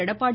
Edappadi